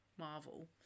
Marvel